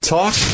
Talk